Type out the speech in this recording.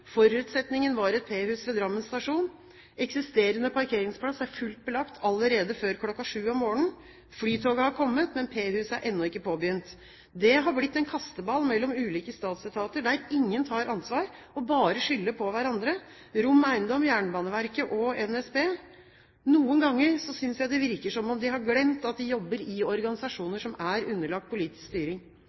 Forutsetningen var et P-hus ved Drammen stasjon. Eksisterende parkeringsplass er fullt belagt allerede før kl. 7 om morgenen. Flytoget har kommet, men P-huset er ennå ikke påbegynt. Det har blitt en kasteball mellom ulike statsetater, der ingen tar ansvar og bare skylder på hverandre, Rom Eiendom, Jernbaneverket og NSB. Noen ganger synes jeg det virker som om de har glemt at de jobber i organisasjoner som er underlagt politisk styring.